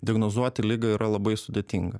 diagnozuoti ligą yra labai sudėtinga